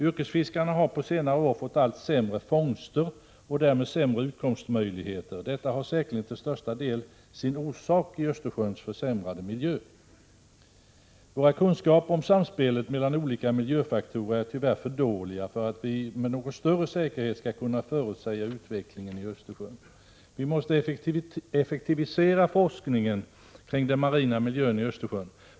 Yrkesfiskarna har på senare år fått allt sämre fångster och därmed sämre utkomstmöjligheter. Detta har säkerligen till största del sin orsak i Östersjöns försämrade miljö. Våra kunskaper om samspelet mellan olika miljöfaktorer är tyvärr för dåliga för att vi med någon större säkerhet skall kunna förutsäga utvecklingen i Östersjön. Vi måste effektivisera forskningen kring den marina miljön i Östersjön.